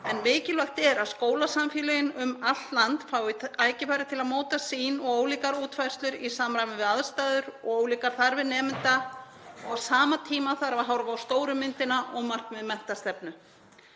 en mikilvægt er að skólasamfélögin um allt land fái tækifæri til að móta sýn og ólíkar útfærslur í samræmi við aðstæður og ólíkar þarfir nemenda. Á sama tíma þarf að horfa á stóru myndina og markmið um menntastefnu.